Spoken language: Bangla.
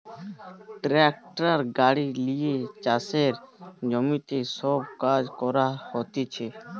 ট্রাক্টার গাড়ি লিয়ে চাষের জমিতে সব কাজ করা হতিছে